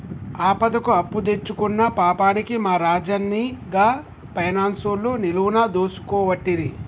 ఆపదకు అప్పుదెచ్చుకున్న పాపానికి మా రాజన్ని గా పైనాన్సోళ్లు నిలువున దోసుకోవట్టిరి